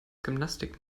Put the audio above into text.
gymnastik